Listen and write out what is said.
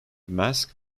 mask